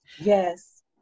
Yes